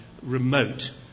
remote